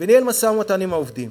וניהל משא-ומתן עם העובדים